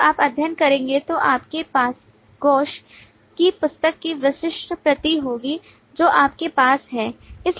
जब आप अध्ययन करेंगे तो आपके पास Gooch की पुस्तक की विशिष्ट प्रति होगी जो आपके पास है